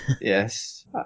Yes